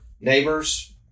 neighbors